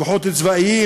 כוחות צבאיים,